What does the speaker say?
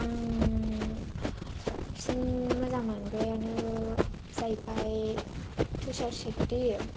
आं साबसिन मोजां मोनग्रायानो जाहैबाय तुसार शेत्ति